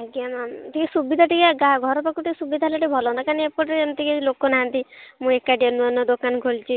ଆଜ୍ଞା ମ୍ୟାମ୍ ଟିକେ ସୁବିଧା ଟିକେ ଘର ପାଖକୁ ଟିକେ ସୁବିଧା ହେଲେ ଟିକେ ଭଲ ହୁଅନ୍ତା କାହିଁକିନା ଏପଟେ ଏମିତି କେହି ଲୋକ ନାହାନ୍ତି ମୁଁ ଏକାଟିଆ ନୂଆ ନୂଆ ଦୋକାନ ଖୋଲିଛି